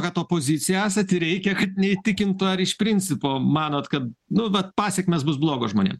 kad opozicija esat ir reikia kad neįtikintų ar iš principo manot kad nu vat pasekmės bus blogo žmonėms